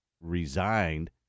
resigned